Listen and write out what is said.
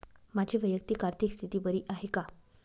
माझी वैयक्तिक आर्थिक स्थिती बरी आहे का?